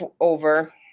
over